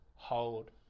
hold